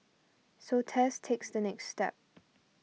so Tess takes the next step